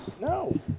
No